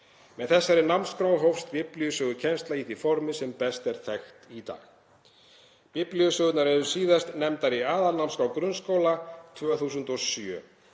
Með þessari námskrá hófst biblíusögukennsla í því formi sem best er þekkt í dag. Biblíusögurnar eru síðast nefndar í aðalnámskrá grunnskóla 2007